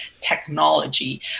technology